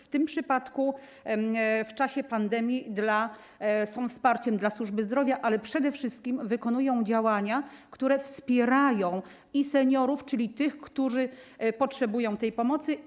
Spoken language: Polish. W tym przypadku, w czasie pandemii są wsparciem dla służby zdrowia, ale przede wszystkim wykonują działania, które wspierają seniorów, czyli tych, którzy potrzebują tej pomocy.